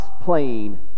playing